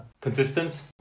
consistent